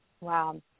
Wow